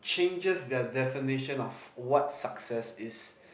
changes their definition of what success is